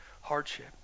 hardship